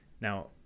Now